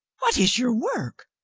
what is your work?